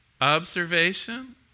Observation